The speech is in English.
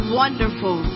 wonderful